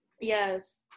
Yes